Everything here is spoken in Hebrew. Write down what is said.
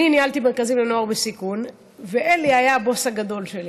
אני ניהלתי מרכזים לנוער בסיכון ואלי היה הבוס הגדול שלי.